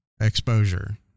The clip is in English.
exposure